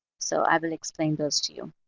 so i will explain those to you.